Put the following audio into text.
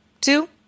two